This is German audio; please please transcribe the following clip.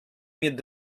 mit